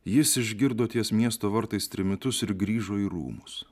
jis išgirdo ties miesto vartais trimitus ir grįžo į rūmus